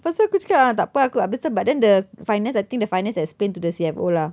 lepas tu aku cakap ah takpe lepas tu but then the finance I think the finance explained to the C_F_O lah